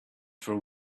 from